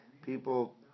People